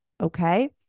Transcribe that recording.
okay